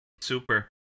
Super